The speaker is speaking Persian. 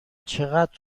چقدر